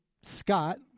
Scott